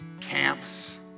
camps